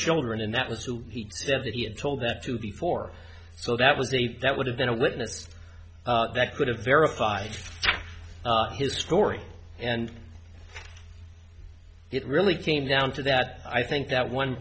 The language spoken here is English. children and that was who he said that he had told that to before so that was a that would have been a witness that could have verified his story and it really came down to that i think that one